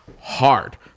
hard